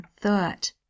thought